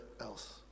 else